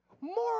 more